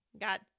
got